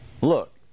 look